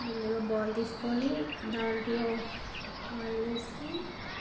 ముందుగా బౌల్ తీసుకుని దాంట్లో ఆయిల్ వేసి